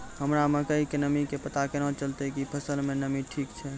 हमरा मकई के नमी के पता केना चलतै कि फसल मे नमी ठीक छै?